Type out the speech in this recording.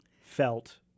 felt